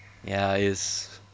ya it's